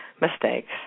mistakes